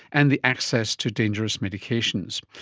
and the access to dangerous medications.